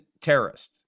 terrorists